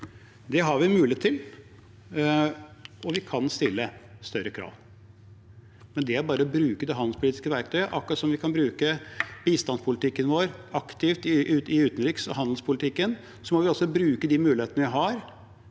Det har vi mulighet til, og vi kan stille større krav. Det er bare å bruke det handelspolitiske verktøyet. Akkurat som vi kan bruke bistandspolitikken vår aktivt i utenriks- og handelspolitikken, må vi også bruke de mulighetene vi har,